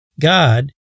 God